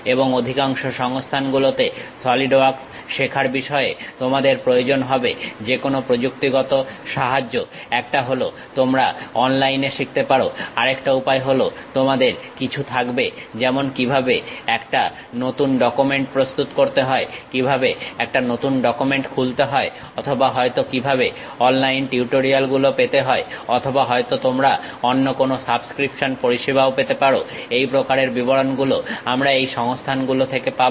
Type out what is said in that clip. এবং অধিকাংশ সংস্থানগুলোতে সলিড ওয়ার্কস শেখার বিষয়ে তোমাদের প্রয়োজন হবে যেকোনো প্রযুক্তিগত সাহায্য একটা হলো তোমরা অনলাইনে শিখতে পারো আরেকটা উপায় হলো তোমাদের কিছু থাকবে যেমন কিভাবে একটা নতুন ডকুমেন্ট প্রস্তুত করতে হয় কিভাবে একটা নতুন ডকুমেন্ট খুলতে হয় অথবা হয়তো কিভাবে অনলাইন টিউটোরিয়াল গুলো পেতে হয় অথবা হয়তো তোমরা অন্য কোনো সাবস্ক্রিপশন পরিষেবা পেতে চাও এই প্রকারের বিবরণ গুলো আমরা এই সংস্থান গুলো থেকে পাবো